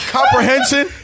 Comprehension